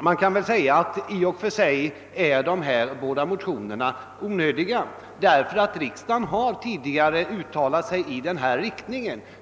Man kan väl hävda att dessa båda motioner i och för sig är onödiga, eftersom riksdagen tidigare har uttalat sig i den riktning som motionärerna önskar.